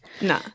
no